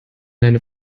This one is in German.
deine